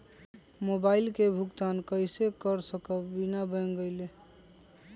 Mobile के भुगतान कईसे कर सकब बिना बैंक गईले?